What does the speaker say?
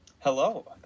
Hello